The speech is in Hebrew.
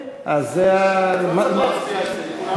לא צריך להצביע על זה.